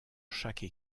chaque